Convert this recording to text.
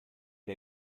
der